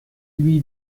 lui